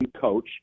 coach